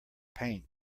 paint